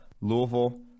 Louisville